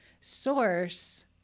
Source